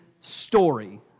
story